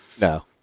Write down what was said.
No